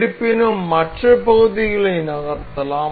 இருப்பினும் மற்ற பகுதிகளை நகர்த்தலாம்